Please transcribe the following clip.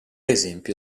esempio